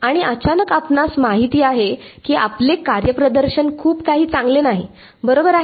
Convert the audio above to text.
आणि अचानक आपणास माहित आहे की आपले कार्यप्रदर्शन खूप काही चांगले नाही बरोबर आहे